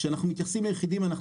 כשאנחנו מתייחסים ליחידים אנחנו